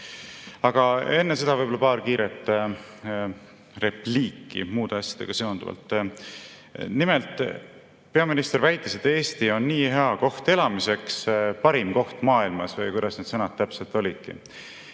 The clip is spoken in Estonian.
Aga enne seda paar kiiret repliiki muude asjadega seonduvalt. Nimelt, peaminister väitis, et Eesti on nii hea koht elamiseks, parim koht maailmas, või kuidas need sõnad täpselt olidki.